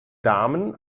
damen